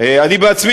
הכנסת,